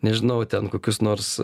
nežinau ten kokius nors